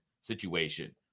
situation